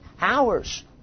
hours